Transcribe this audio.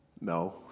No